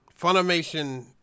Funimation